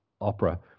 opera